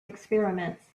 experiments